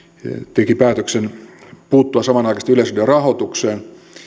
teki päätöksen puuttua yleisradion rahoitukseen